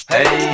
Hey